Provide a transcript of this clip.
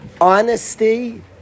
Honesty